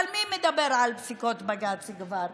אבל מי מדבר על פסיקות בג"ץ כבר?